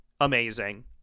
amazing